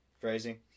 Phrasing